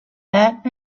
that